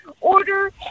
order